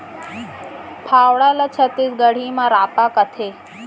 फावड़ा ल छत्तीसगढ़ी म रॉंपा कथें